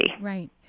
Right